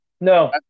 No